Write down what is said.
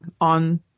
on